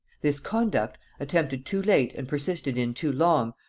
this conduct, attempted too late and persisted in too long,